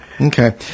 Okay